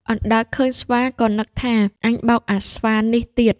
អណ្ដើកឃើញស្វា ក៏នឹកថា "អញបោកអាស្វានេះទៀត"